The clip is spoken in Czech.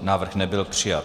Návrh nebyl přijat.